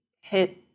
hit